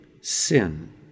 sin